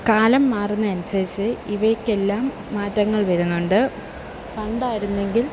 കാലം മാറുന്നതിന് അനുസരിച്ചു ഇവയ്ക്കെല്ലാം മാറ്റങ്ങൾ വരുന്നുണ്ട് പണ്ട് ആയിരുന്നെങ്കിൽ